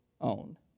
own